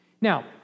Now